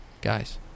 guys